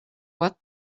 what